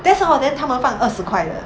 that's all then 她们放二十块的